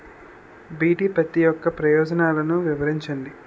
BT పత్తి యొక్క ప్రయోజనాలను వివరించండి?